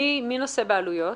מי נושא בעלויות?